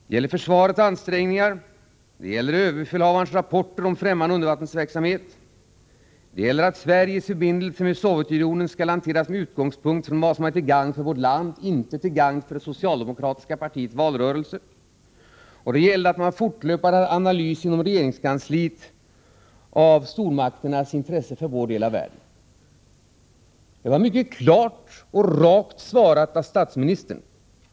Det gällde försvarets ansträngningar, det gällde överbefälhavarens rapporter om främmande undervattensverksamhet, det gällde att Sveriges förbindelser med Sovjetunionen skulle hanteras med utgångspunkt i vad som är till gagn för vårt land, inte i vad som är till gagn för det socialdemokratiska partiets valrörelse, och det gällde att man inom regeringskansliet fortlöpande gjorde analyser av stormakternas intresse för vår del av världen. Det var mycket klart och rakt svarat av statsministern.